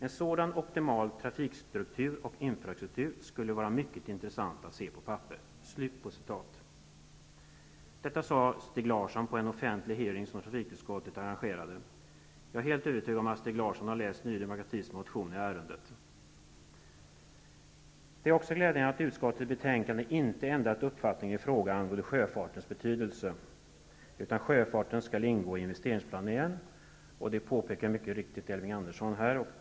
En sådan optimal trafikstruktur och infrastruktur skulle vara mycket intressant att se på papper.'' Detta sade Stig Larsson på en offentlig hearing som trafikutskottet arrangerade. Jag är helt övertygad om att Stig Larsson har läst Ny demokratis motion i ärendet. Det är också glädjande att utskottet i betänkandet inte har ändrat uppfattning i fråga om sjöfartens betydelse. Sjöfarten skall ingå i investeringsplaneringen. Det påpekade mycket riktigt Elving Andersson.